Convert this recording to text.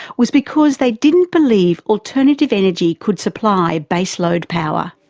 was because they didn't believe alternative energy could supply baseload power.